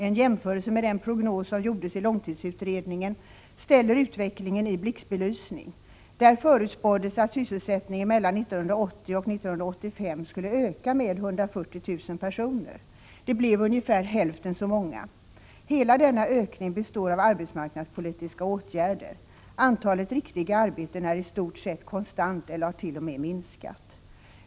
En jämförelse med den prognos som gjordes i långtidsutredningen ställer utvecklingen i blixtbelysning. Där förutspåddes att sysselsättningen mellan 1980 och 1985 skulle öka med 140 000 personer. Det blev ungefär hälften så många. Hela denna ökning består av arbetsmarknadspolitiska åtgärder. Antalet riktiga arbeten är i stort sett konstant eller har t.o.m. minskat.